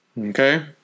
Okay